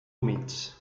humits